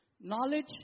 Knowledge